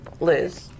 Liz